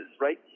right